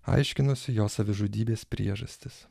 aiškinosi jo savižudybės priežastis